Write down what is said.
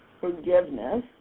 forgiveness